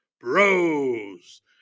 Bros